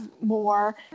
more